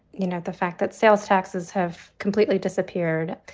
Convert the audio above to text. you know, the fact that sales taxes have completely disappeared.